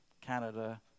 Canada